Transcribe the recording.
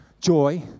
Joy